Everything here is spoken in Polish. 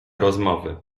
rozmowy